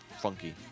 funky